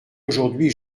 aujourd’hui